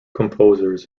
composers